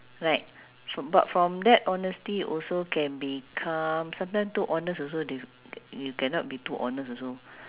right fr~ but from that honesty also can become sometime too honest also they you cannot be too honest also